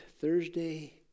Thursday